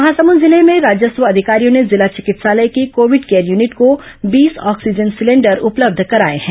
महासमुद जिले में राजस्व अधिकारियों ने जिला चिकित्सालय की कोविड केयर यूनिट को बीस ऑक्सीजन सिलेंडर उपलब्ध कराए हैं